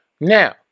Now